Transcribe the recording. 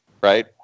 right